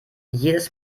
jedes